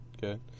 Good